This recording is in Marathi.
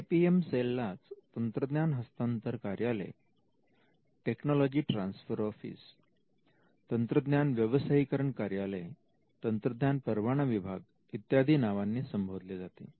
आय पी एम सेल लाच तंत्रज्ञान हस्तांतर कार्यालय तंत्रज्ञान व्यवसायीकरण कार्यालय तंत्रज्ञान परवाना विभाग इत्यादी नावांनी संबोधले जाते